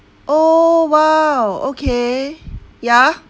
oh !wow! okay ya